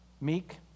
meek